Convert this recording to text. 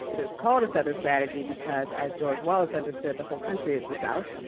it is called a southern strategy because, as george wallace understood the whole country is the south,